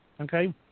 okay